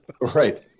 Right